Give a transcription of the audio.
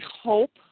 hope